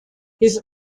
his